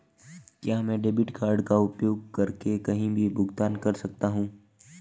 क्या मैं debit card का उपयोग करके कहीं भी भुगतान कर सकता हूं?